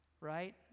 right